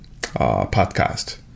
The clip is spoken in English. podcast